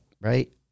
right